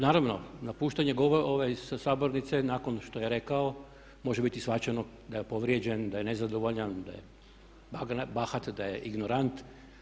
Naravno napuštanje sa sabornice nakon što je rekao može biti shvaćeno da je povrijeđen, da je nezadovoljan, da je bahat, da je ignorant.